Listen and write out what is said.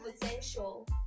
potential